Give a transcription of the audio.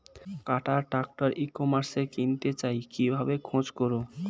কাটার tractor ই কমার্সে কিনতে চাই কিভাবে খোঁজ করো?